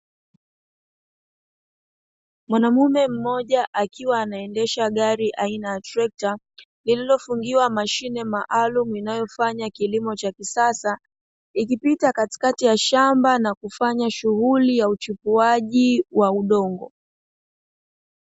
Mwanamume mmoja akiwa anaendesha gari aina ya trekta lililofungiwa mashine maalumu inayofanya kilimo cha kisasa, likipita katikati ya shamba na kufanya shughuli ya uchipuaji wa udongo.